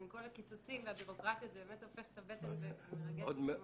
בין כל הקיצוצים והבירוקרטיות זה באמת הופך את הבטן ומרגש מאוד.